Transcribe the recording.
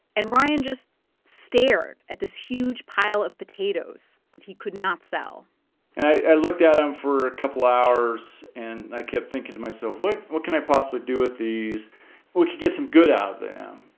and ryan just stared at this huge pile of potatoes that he could not sell and i looked at them for a couple hours, and i kept thinking to myself, what what can i possibly do with these we could get some good out of them?